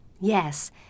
Yes